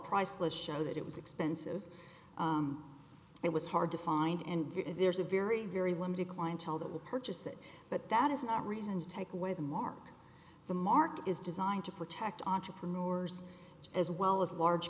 priceless show that it was expensive it was hard to find and there's a very very limited clientele that will purchase it but that is not reason to take away the mark the market is designed to protect entrepreneurs as well as large